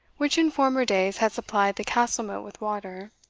which in former days had supplied the castle-moat with water,